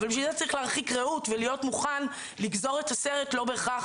אבל בשביל זה צריך להרחיק ראות ולהיות מוכן לגזור את הסרט לא בהכרח